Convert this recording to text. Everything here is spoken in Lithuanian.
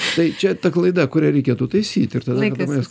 tai čia ta klaida kurią reikėtų taisyti ir tada manęs